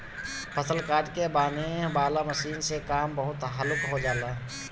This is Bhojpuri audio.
फसल काट के बांनेह वाला मशीन से काम बहुत हल्लुक हो जाला